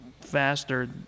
faster